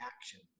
action